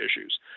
issues